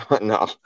no